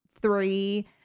three